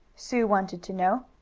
sue wanted to know.